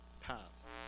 path